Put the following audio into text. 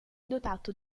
dotato